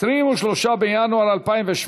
23 בינואר 2017,